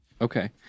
Okay